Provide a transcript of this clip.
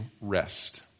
rest